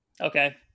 Okay